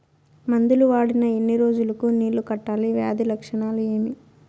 మందులు వాడిన ఎన్ని రోజులు కు నీళ్ళు కట్టాలి, వ్యాధి లక్షణాలు ఏమి?